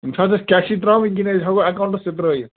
یِم چھےٚ حظ اَسہِ کیشٕے تراوٕنۍ کِنہٕ أسۍ ہٮ۪کَو ایٚکاوٕنٛٹَس تہِ ترٲوِتھ